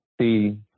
see